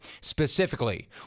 Specifically